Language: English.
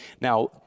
Now